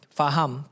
faham